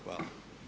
Hvala.